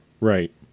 Right